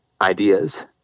ideas